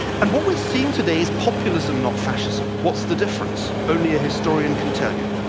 and what we're seeing today is populism not fascism. what's the difference? only a historian can tell you.